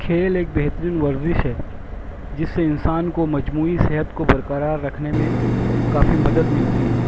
کھیل ایک بہترین ورزش ہے جسے انسان کو مجموعی صحت کو برقرار رکھنے میں کافی مدد ملتی ہے